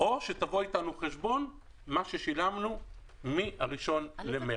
או שתבוא איתנו חשבון על מה ששילמנו מ-1 במרץ.